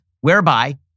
whereby